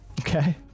Okay